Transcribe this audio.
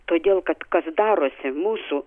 todėl kad kas darosi mūsų